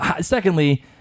Secondly